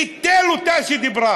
ביטל אותה כשהיא דיברה: